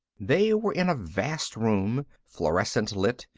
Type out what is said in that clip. they were in a vast room, fluorescent-lit,